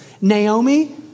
Naomi